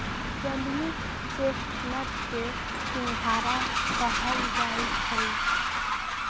जलीय चेस्टनट के सिंघारा कहल जाई छई